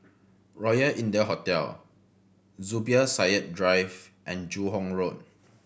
Royal India Hotel Zubir Said Drive and Joo Hong Road